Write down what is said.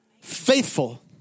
faithful